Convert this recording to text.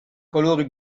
colori